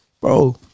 bro